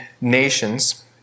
nations